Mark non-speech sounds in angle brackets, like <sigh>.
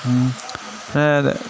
<unintelligible>